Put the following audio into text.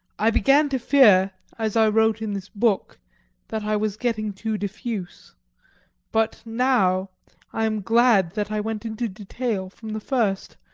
i began to fear as i wrote in this book that i was getting too diffuse but now i am glad that i went into detail from the first,